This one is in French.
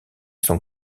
son